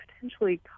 potentially